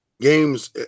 games